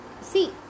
See